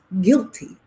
guilty